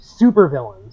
supervillains